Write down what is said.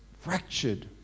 fractured